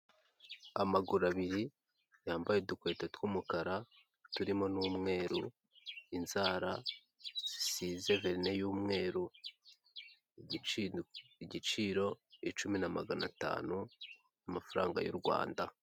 Amaguru abiri yambaye udukweto tw'umukara turimo n'umweru, inzara zisize verine y'umweru, igiciro icumi na magana atanu amafaranga y'u Rwanda.